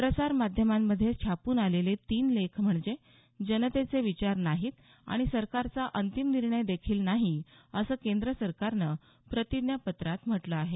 प्रसार माध्यमांमधे छापून आलेले तीन लेख म्हणजे जनतेचे विचार नाहीत आणि सरकारचा अंतिम निर्णय देखील नाही असं केंद्र सरकारनं प्रतिज्ञापत्रात म्हटलं आहे